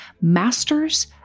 Masters